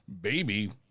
baby